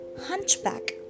Hunchback